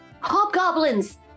Hobgoblins